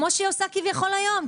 כמו שהיא עושה כביכול היום,